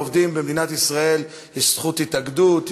לעובדים במדינת ישראל יש זכות התאגדות,